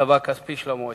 ומצבה הכספי של המועצה.